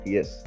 Yes